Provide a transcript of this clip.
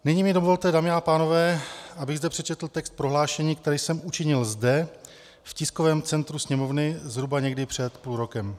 Nyní mi dovolte, dámy a pánové, abych zde přečetl text prohlášení, které jsem učinil zde v tiskovém centru Sněmovny zhruba někdy před půl rokem.